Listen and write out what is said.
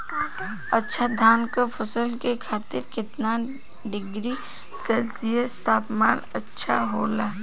अच्छा धान क फसल के खातीर कितना डिग्री सेल्सीयस तापमान अच्छा होला?